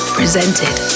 presented